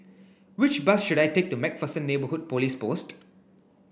which bus should I take to MacPherson Neighbourhood Police Post